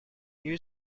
new